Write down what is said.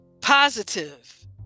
positive